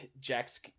Jack's